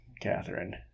Catherine